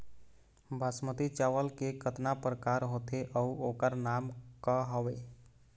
बासमती चावल के कतना प्रकार होथे अउ ओकर नाम क हवे?